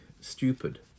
Stupid